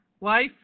life